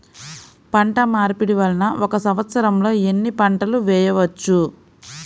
పంటమార్పిడి వలన ఒక్క సంవత్సరంలో ఎన్ని పంటలు వేయవచ్చు?